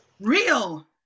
Real